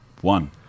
One